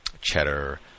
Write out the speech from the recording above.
cheddar